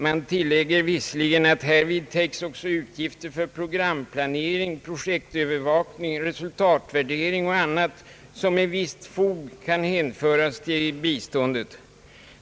Man tillägger visserligen att härvid också täcks utgifter för programplanering, projektövervakning, resultatvärdering och annat som »imed visst fog» kan hänföras till biståndet.